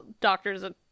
doctors